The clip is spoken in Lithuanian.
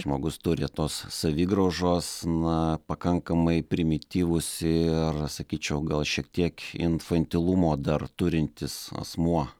žmogus turi tos savigraužos na pakankamai primityvus ir sakyčiau gal šiek tiek infantilumo dar turintis asmuo